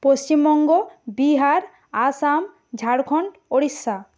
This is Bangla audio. পশ্চিমবঙ্গ বিহার আসাম ঝাড়খন্ড ওড়িষ্যা